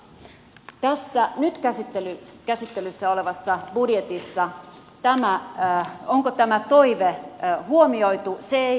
onko tämä toive huomioitu tässä nyt käsittelyssä olevassa budjetissa se ei tästä käy ilmi